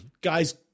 Guys